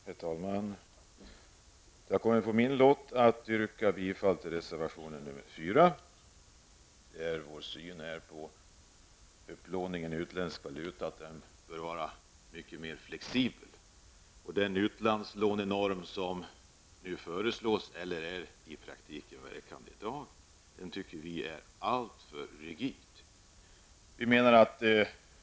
Herr talman! Det har kommit på min lott att yrka bifall till reservation 4. Vår uppfattning beträffande upplåningen i utländsk valuta är den att upplåningen bör vara mycket mer flexibel. Den utlandslånenorm som nu föreslås, eller som i praktiken tillämpas i dag, är enligt vår åsikt alltför rigid.